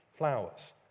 Flowers